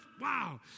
wow